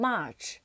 March